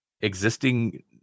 existing